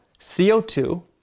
CO2